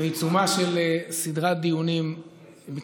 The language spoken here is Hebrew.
אנחנו בעיצומה של סדרת דיונים מקצועיים